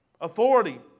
authority